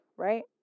Right